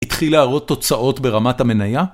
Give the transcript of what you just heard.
התחיל להראות תוצאות ברמת המנייה?